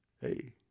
hey